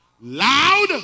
loud